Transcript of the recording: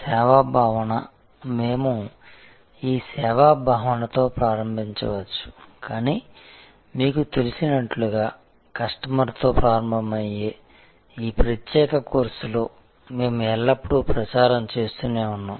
png సేవా భావన మేము ఈ సేవా భావనతో ప్రారంభించవచ్చు కానీ మీకు తెలిసినట్లుగా కస్టమర్తో ప్రారంభమయ్యే ఈ ప్రత్యేక కోర్సులో మేము ఎల్లప్పుడూ ప్రచారం చేస్తూనే ఉన్నాము